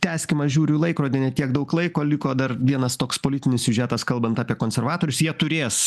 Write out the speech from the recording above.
tęskim aš žiūriu į laikrodį ne tiek daug laiko liko dar vienas toks politinis siužetas kalbant apie konservatorius jie turės